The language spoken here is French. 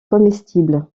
comestible